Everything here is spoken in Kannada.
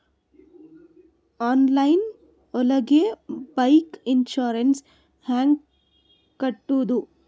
ಆನ್ಲೈನ್ ಒಳಗೆ ಬೈಕ್ ಇನ್ಸೂರೆನ್ಸ್ ಹ್ಯಾಂಗ್ ಕಟ್ಟುದು?